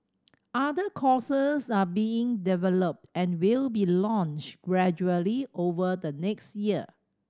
other courses are being developed and will be launched gradually over the next year